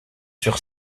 sur